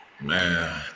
Man